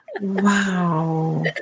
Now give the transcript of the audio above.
Wow